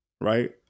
right